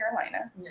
Carolina